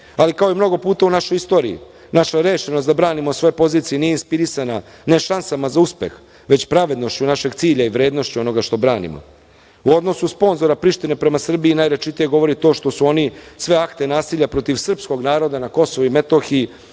Ali, kao i mnogo puta u našoj istoriji naša rešenost da branimo svoje pozicije nije inspirisana ne šansama za uspeh, već pravednošću našeg cilja i vrednošću onoga što branimo.U odnosu sponzora Prištine prema Srbiji najrečitije govori to što su oni sve akte nasilja protiv srpskog naroda na Kosovu i Metohiji